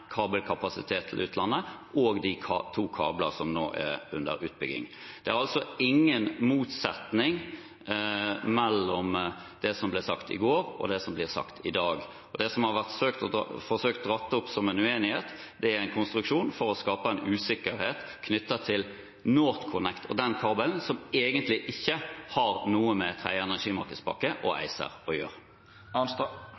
kabelkapasitet til utlandet og de to kablene som nå er under utbygging. Det er altså ingen motsetning mellom det som ble sagt i går, og det som blir sagt i dag. Det som har vært forsøkt dratt opp som en uenighet, er en konstruksjon for å skape en usikkerhet knyttet til NorthConnect og den kabelen, som egentlig ikke har noe med tredje energimarkedspakke og